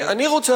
אני רוצה,